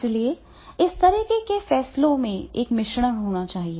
इसलिए इस तरह के फैसलों का एक मिश्रण होना चाहिए